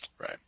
Right